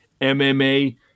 MMA